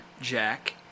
jack